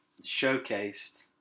showcased